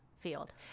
field